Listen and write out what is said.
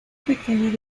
pequeño